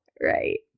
Right